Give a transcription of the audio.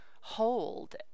hold